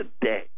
today